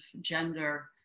gender